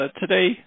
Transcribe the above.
today